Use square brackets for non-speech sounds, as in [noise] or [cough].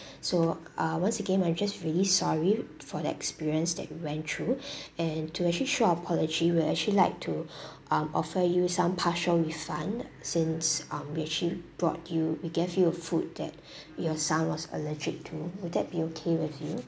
so uh once again I'm just really sorry for the experience that you went through [breath] and to actually show our apology we'll actually like to [breath] um offer you some partial refund since um we actually brought you we gave you food that your son was allergic to will that be okay with you